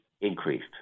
increased